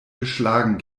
geschlagen